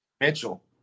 Mitchell